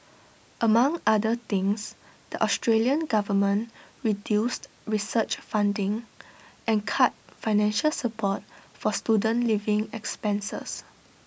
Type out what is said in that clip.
among other things the Australian government reduced research funding and cut financial support for student living expenses